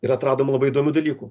ir atradom labai įdomių dalykų